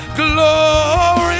glory